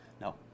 No